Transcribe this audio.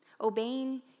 obeying